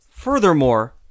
Furthermore